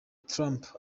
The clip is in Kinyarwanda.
trump